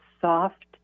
soft